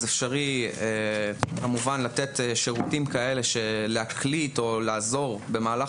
אז אפשר כמובן לתת שירותים כאלה של להקליט או לעזור במהלך